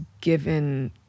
given